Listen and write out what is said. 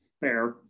fair